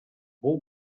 бул